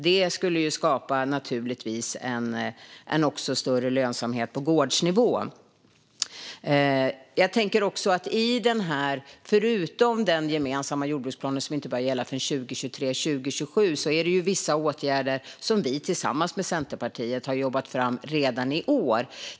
Det skulle naturligtvis också skapa en större lönsamhet på gårdsnivå. Den gemensamma jordbruksplanen gäller inte förrän 2023-2027. Men det är vissa åtgärder som vi tillsammans med Centerpartiet har jobbat fram redan i år.